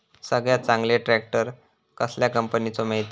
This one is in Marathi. सगळ्यात चांगलो ट्रॅक्टर कसल्या कंपनीचो मिळता?